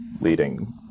leading